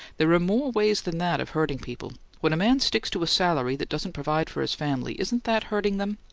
there are more ways than that of hurting people. when a man sticks to a salary that doesn't provide for his family, isn't that hurting them?